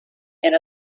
and